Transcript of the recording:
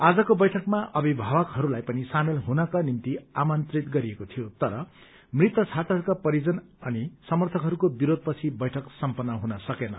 आजको बैठकमा अभिभावकहस्लाई पनि सामेल हुनका निम्ति आमन्त्रित गरिएको थियो तर मृत छात्रहरूका परिजन अनि समर्थकहरूको विरोध पछि बैठक सम्पन्न सकेन